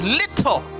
little